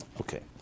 Okay